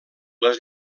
les